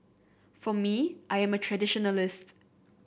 for me I am a traditionalist